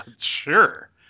sure